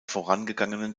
vorangegangenen